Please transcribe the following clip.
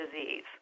disease